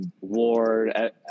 Ward